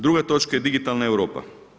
Druga točka je digitalna Europa.